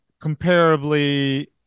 comparably